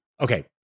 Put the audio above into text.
okay